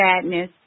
sadness